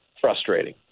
frustrating